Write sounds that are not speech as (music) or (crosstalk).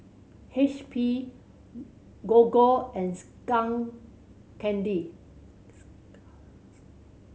H P Gogo and Skull Candy (unintelligible)